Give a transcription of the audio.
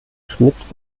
schmitt